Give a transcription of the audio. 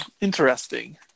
interesting